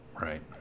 Right